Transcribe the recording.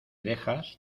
dejas